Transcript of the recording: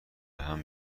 بهم